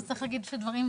אז צריך להגיד שדברים זזים.